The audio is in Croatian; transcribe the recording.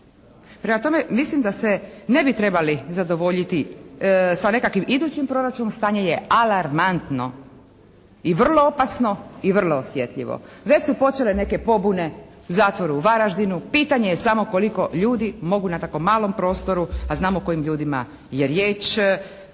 Prema tome, mislim da se ne bi trebali zadovoljiti sa nekakvim idućim proračunom, stanje je alarmantno i vrlo opasno i vrlo osjetljivo. Već su počele neke pobune, zatvor u Varaždinu, pitanje je samo koliko ljudi mogu na tako malom prostoru, a znamo o kojim ljudima je riječ,